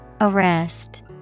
Arrest